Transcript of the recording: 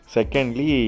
Secondly